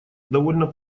довольно